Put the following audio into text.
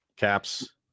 Caps